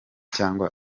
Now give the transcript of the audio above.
cyangwa